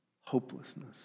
hopelessness